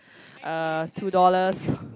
uh two dollars